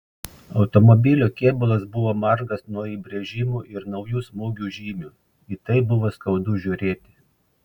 automobilio kėbulas buvo margas nuo įbrėžimų ir naujų smūgių žymių į tai buvo skaudu žiūrėti